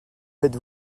faites